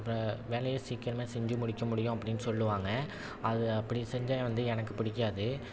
ப வேலையை சீக்கிரமே செஞ்சு முடிக்க முடியும் அப்படின்னு சொல்லுவாங்க அது அப்படி செஞ்சால் ஏ வந்து எனக்கு பிடிக்காது